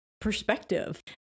perspective